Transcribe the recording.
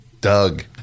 Doug